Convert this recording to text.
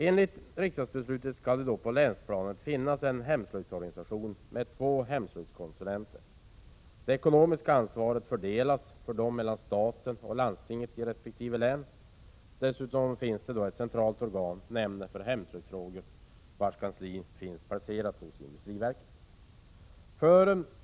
Enligt riksdagsbeslutet skall det på länsplanet finnas en hemslöjdsorganisation med två hemslöjdkonsulenter. Det ekonomiska ansvaret fördelas mellan staten och landstinget i resp. län. Dessutom finns det ett centralt organ — nämnden för hemslöjdsfrågor — vars kansli är placerat hos industriverket.